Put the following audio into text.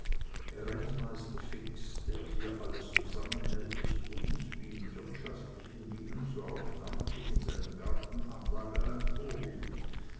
rentmeister fix der hier alles zusammenhält ist uns wie in wirtschaftlichen dingen so auch namentlich in seinen gartenanlagen ein vorbild